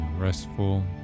Restful